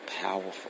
powerful